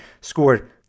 scored